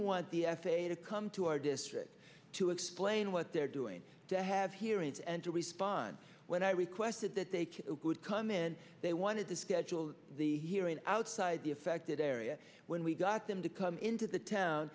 want the f a a to come to our district to explain what they're doing to have hearings and to respond when i requested that they would come in they wanted to schedule the hearing outside the affected area when we got them to come into the town